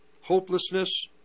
hopelessness